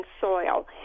soil